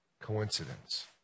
coincidence